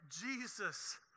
Jesus